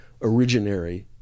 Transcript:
originary